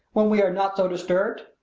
when we are not so disturbed.